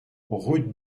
route